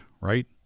right